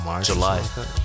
July